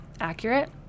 accurate